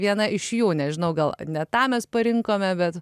viena iš jų nežinau gal ne tą mes parinkome bet